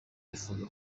bifuza